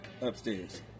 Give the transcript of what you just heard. upstairs